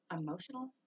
emotional